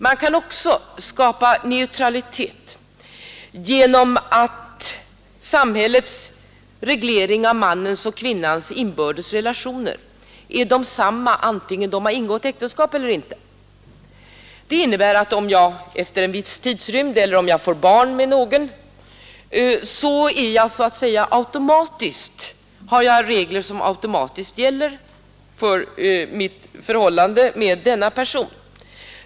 Man kan också skapa neutralitet genom att samhällets reglering av mannens och kvinnans inbördes relationer är densamma antingen äktenskap har ingåtts eller inte. Det innebär att om jag får barn med någon finns det regler som automatiskt gäller för mitt förhållande till denna person.